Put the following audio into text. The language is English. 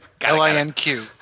L-I-N-Q